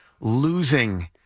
Losing